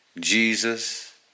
Jesus